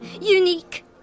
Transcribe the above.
unique